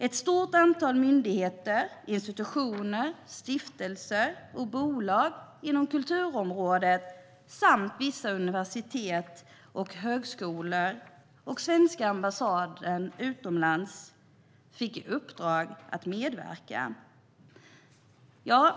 Ett stort antal myndigheter, institutioner, stiftelser och bolag inom kulturområdet samt vissa universitet och högskolor och svenska ambassader utomlands fick i uppdrag att medverka.